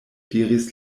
diris